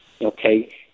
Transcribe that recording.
okay